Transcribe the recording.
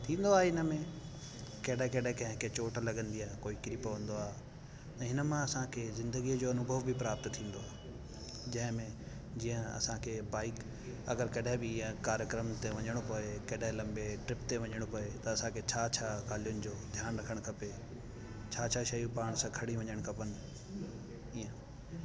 थींदो आहे इन में कॾहिं कॾहिं कंहिं खे चोट लॻंदी आहे कोई किरी पवंदो आहे ऐं हिन मां असांखे ज़िंदगीअ जो अनुभव बि प्राप्त थींदो जंहिंजे में जीअं असांखे बाईक अगरि कॾहिं बि ईअं कार्यक्रम ते वञिणो पए कॾहिं लंबे ट्रिप ते वञिणो पए त असांखे छा छा ॻाल्हियुनि जो ध्यानु रखणु खपे छा छा शयूं पाण सां खणी वञणु खपनि ईअं